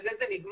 בזה זה נגמר?